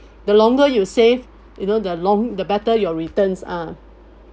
the longer you save you know the long the better your returns are